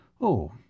Oh